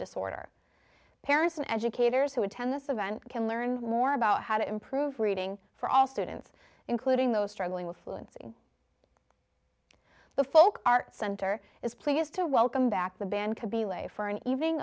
disorder parents and educators who attend this event can learn more about how to improve reading for all students including those struggling with fluency the folk art center is playing us to welcome back the band could be late for an evening